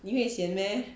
你会 sian meh